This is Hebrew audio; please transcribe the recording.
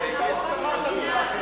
בטעות אמרת מלה אחרת.